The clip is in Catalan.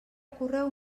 correu